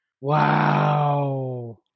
Wow